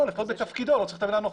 לא, בתפקידו, לא צריך את המילה 'הנוכחי',